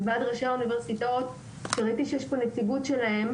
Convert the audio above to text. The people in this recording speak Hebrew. עם ועד ראשי האוניברסיטאות שראיתי שיש פה נציגות שלהם